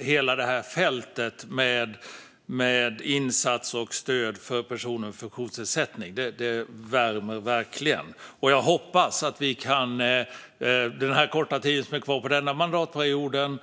hela fältet av insatser och stöd för personer med funktionsnedsättning. Det värmer verkligen. Jag hoppas att vi kan fortsätta detta arbete under den korta tid som är kvar av mandatperioden.